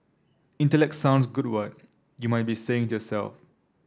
intellect sounds good what you might be saying to yourself